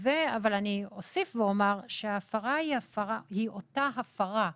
אני אוסיף ואומר שההפרה היא אותה הפרה.